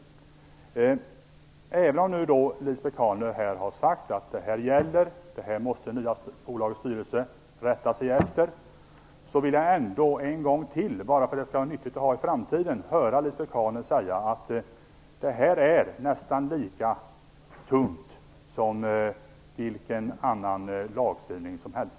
Visserligen har nu Lisbet Calner här sagt att detta gäller och att det nya bolagets styrelse måste rätta sig efter det, men jag vill ändå, för att det skall vara nyttigt att ha i framtiden, en gång till höra Lisbet Calner säga att det här nästan är lika tungt som vilken annan lagskrivning som helst.